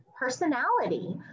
personality